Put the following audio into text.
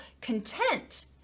content